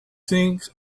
think